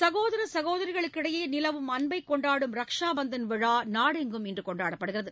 சகோதர சகோதரிகளிடையே நிலவும் அன்பை கொண்டாடும் ரக்ஷா பந்தன் விழா நாடெங்கும் இன்று கொண்டாடப்படுகிறது